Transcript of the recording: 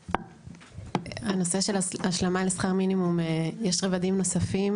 בנושא של השלמה לשכר מינימום יש רבדים נוספים.